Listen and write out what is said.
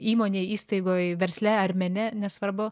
įmonėj įstaigoj versle ar mene nesvarbu